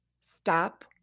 stop